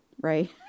Right